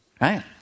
Right